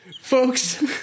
folks